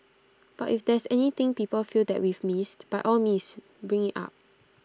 but if there's anything people feel that we've missed by all means bring IT up